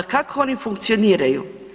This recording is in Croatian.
Kako oni funkcioniraju?